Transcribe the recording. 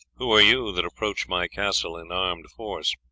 who are you that approach my castle in armed force?